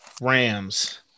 Rams